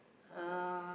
um